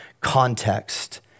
context